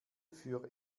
für